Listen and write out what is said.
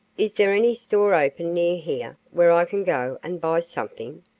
is there any store open near here where i can go and buy something?